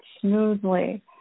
smoothly